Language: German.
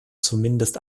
zumindest